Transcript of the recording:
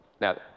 Now